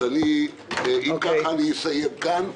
אם כך אני אסיים כאן.